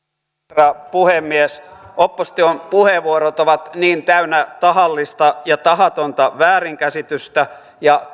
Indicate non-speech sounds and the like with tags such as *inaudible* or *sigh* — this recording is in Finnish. herra puhemies opposition puheenvuorot ovat niin täynnä tahallista ja tahatonta väärinkäsitystä ja *unintelligible*